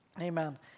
amen